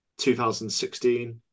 2016